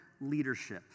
leadership